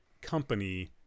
company